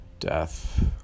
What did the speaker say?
Death